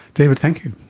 david, thank you.